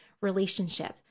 relationship